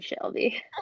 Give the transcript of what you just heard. Shelby